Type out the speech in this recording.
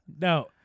No